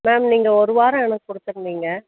ma'am நீங்கள் ஒரு வாரம் எனக்கு கொடுத்துருந்திங்க